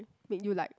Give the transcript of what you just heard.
made you like